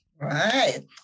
right